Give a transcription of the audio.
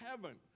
heaven